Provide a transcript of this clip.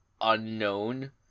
unknown